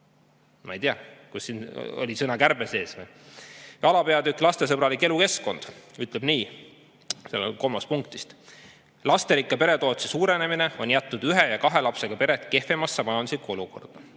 Ma ei tea, kus siin oli sõna "kärbe" sees. Alapeatükk "Lastesõbralik elukeskkond" ütleb nii, seal kolmas punkt vist: "Lasterikka pere toetuse suurenemine on jätnud ühe ja kahe lapsega pered kehvemasse majanduslikku olukorda.